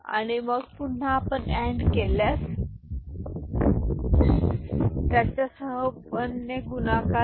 आणि मग पुन्हा आपण अँड केल्यास यास 1 1 0 0 सह 1 ने गुणाकार करा